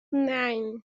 nine